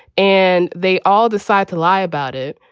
and they all decide to lie about it,